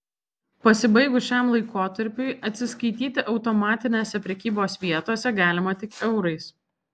pasibaigus šiam laikotarpiui atsiskaityti automatinėse prekybos vietose galima tik eurais